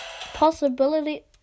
possibility